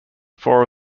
four